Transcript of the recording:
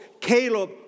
Caleb